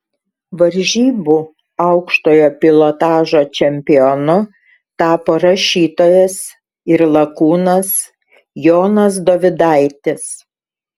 varžybų aukštojo pilotažo čempionu tapo rašytojas ir lakūnas jonas dovydaitis